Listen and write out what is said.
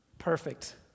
perfect